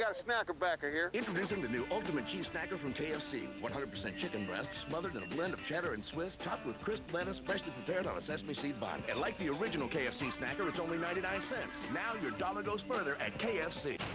yeah snacker backer here. introducing the new ultimate cheese snacker from kfc one hundred percent chicken breast smothered in a blend of cheddar and swiss, topped with crisp lettuce freshly prepared on a sesame seed bun. and like the original kfc snacker, it's only ninety nine cents! now your dollar goes further at kfc.